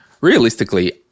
realistically